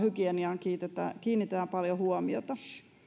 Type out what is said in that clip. hygieniaan kiinnitetään kiinnitetään paljon huomiota